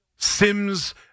Sims